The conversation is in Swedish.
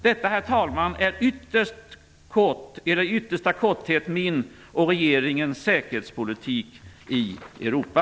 Detta, herr talman, är i yttersta korthet min och regeringens säkerhetspolitik i Europa.